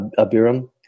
Abiram